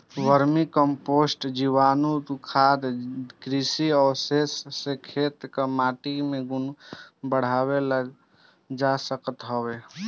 vermi compost, जीवाणुखाद, कृषि अवशेष से खेत कअ माटी के गुण बढ़ावल जा सकत हवे